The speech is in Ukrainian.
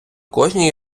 кожній